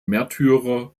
märtyrer